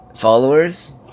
Followers